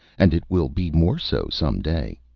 and it will be more so some day.